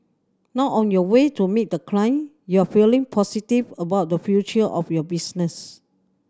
now on your way to meet the client you are feeling positive about the future of your business